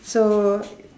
so